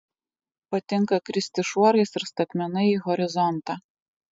patinka kristi šuorais ir statmenai į horizontą